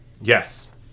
Yes